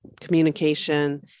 communication